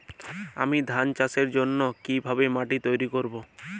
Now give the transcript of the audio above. আমি ধান চাষের জন্য কি ভাবে মাটি তৈরী করব?